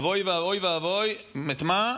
אבוי ואבוי ואבוי, את מה?